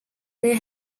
they